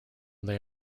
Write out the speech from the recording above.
they